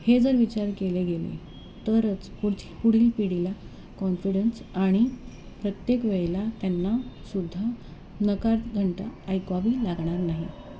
हे जर विचार केले गेले तरच पुढ पुढील पिढीला कॉन्फिडन्स आणि प्रत्येक वेळेला त्यांनासुद्धा नकार घंटा ऐकवावी लागणार नाही